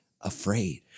afraid